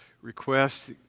request